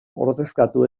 ordezkatu